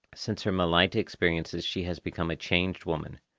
since her malaita experiences she has become a changed woman.